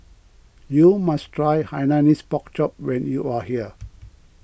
you must try Hainanese Pork Chop when you are here